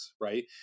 Right